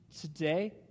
Today